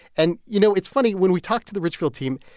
and, you know, it's funny. when we talk to the ridgefield team,